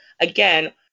again